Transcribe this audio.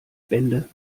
bände